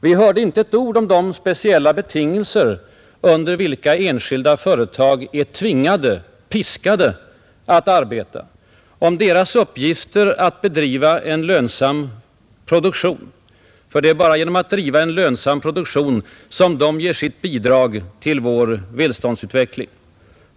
Vi hörde inte ett ord om de speciella betingelser, under vilka enskilda företag är tvingade, ja, piskade att arbeta, om deras uppgifter att bedriva en lönsam produktion. Det är bara genom lönsam produktion som de kan ge sitt bidrag till vår välståndsutveckling.